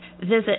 visit